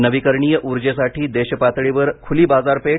नवीकरणीय उर्जेसाठी देशपातळीवर खुली बाजारपेठ